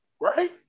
right